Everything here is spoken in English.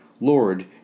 Lord